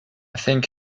think